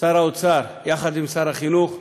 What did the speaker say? שר האוצר יחד עם שר החינוך,